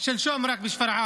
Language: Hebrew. רק שלשום בשפרעם,